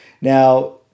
Now